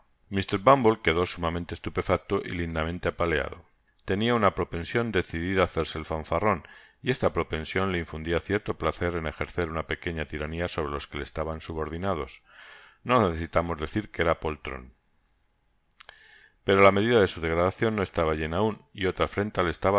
mr bumble quedó sumamente estupefacto y lindamente apaleado tenia una propension decidida en hacerse el fanfarron y esta propension le infundia cierto placer en ejercer una pequeña tirania sobre los que le estaban subordinados no necesitamos decir que era poltron pero la medida de su degradacion no estaba llena aun y otra afrenta